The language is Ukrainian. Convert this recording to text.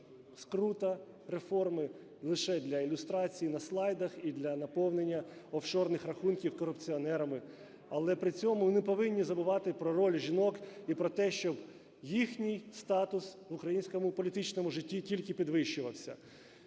скрута, реформи лише для ілюстрації на слайдах і для наповнення офшорних рахунків корупціонерами. Але при цьому ми не повинні забувати про роль жінок і про те, щоб їхній статус в українському політичному житті тільки підвищувався.